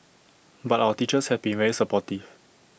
but our teachers have been very supportive